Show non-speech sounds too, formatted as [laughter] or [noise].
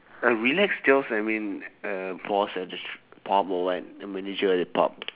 um relaxed jobs I mean uh boss like the [noise] or what manager that part